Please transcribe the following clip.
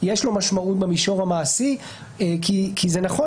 יש לו משמעות במישור המעשי כי זה נכון